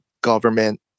government